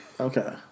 Okay